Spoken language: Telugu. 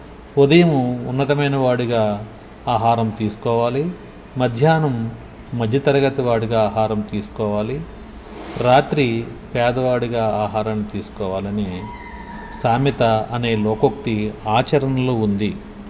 ఉదయము ఉన్నతమైన వాడిగా ఆహారం తీసుకోవాలి మధ్యాహ్నం మధ్య తరగతి వాడిగా ఆహారం తీసుకోవాలి రాత్రి పేదవాడిగా ఆహారాన్ని తీసుకోవాలని సామెత అనే లోకొక్తి ఆచరణలో ఉంది